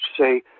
say